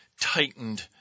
tightened